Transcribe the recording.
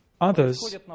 others